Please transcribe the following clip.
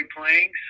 playing